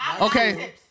Okay